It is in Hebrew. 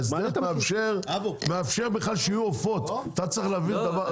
ההסדר מאפשר בכלל שיהיו עופות למכור.